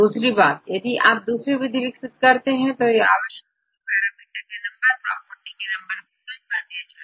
दूसरी बात यदि आप दूसरी विधि विकसित करते हैं तो यह आवश्यक है की पैरामीटर के नंबर प्रॉपर्टी के नंबर को कम किया जाए